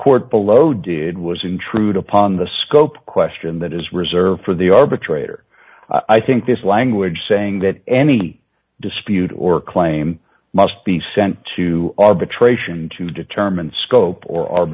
court below did was intrude upon the scope question that is reserved for the arbitrator i think this language saying that any dispute or claim must be sent to arbitration to determine scope or